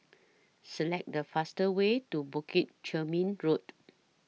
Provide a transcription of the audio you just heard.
Select The fastest Way to Bukit Chermin Road